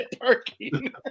parking